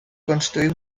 construir